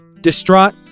Distraught